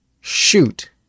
shoot